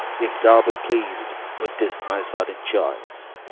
if thou be pleas'd with this my sudden choice,